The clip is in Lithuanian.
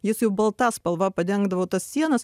jis jau balta spalva padengdavo tas sienas